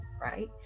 right